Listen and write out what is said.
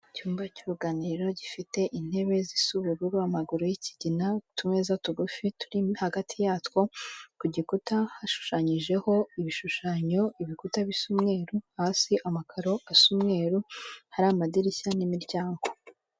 Icyumba cy'uruganiriro gifite intebe zisa ubururu, amaguru y'ikigina, utumeza tugufi turi hagati yatwo, ku gikuta hashushanyijeho ibishushanyo, ibikuta bisa umweru, hasi amakaro asa umweru, hari amadirishya n'imiryango.